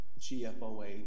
GFOA